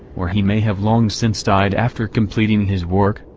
or he may have long since died after completing his work,